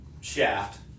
shaft